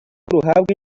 ruhabwa